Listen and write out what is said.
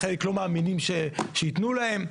חלק לא מאמינים שיתנו להם,